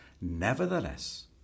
Nevertheless